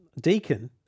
Deacon